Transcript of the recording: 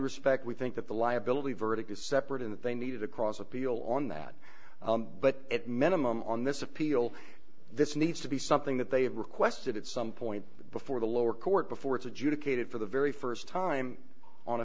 respect we think that the liability verdict is separate in that they needed across appeal on that but at minimum on this appeal this needs to be something that they have requested at some point before the lower court before it's adjudicated for the very st time on